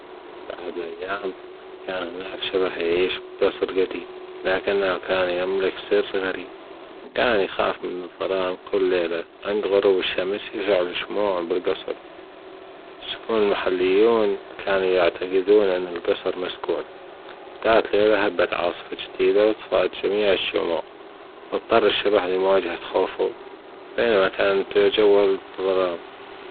بأحد الأيام كان هناك شبح يعيش في قصر جديم لكنه كان يملك سر غريب كان يخاف من الفئران كل ليلة عند غروب الشمس كان يشعل الشموع بالجصر سكان محليون كانوا يعتقدون أن الجصر مسكون جاءت ليلة هبت عاصفة شديدة وأطفئت جميع الشموع فأضطر الشبح لمواجهة خوفه بينما كانت ظلام.